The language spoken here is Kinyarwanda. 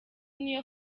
niyo